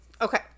Okay